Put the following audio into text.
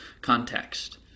context